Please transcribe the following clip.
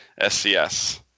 SCS